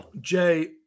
Jay